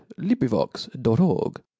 Librivox.org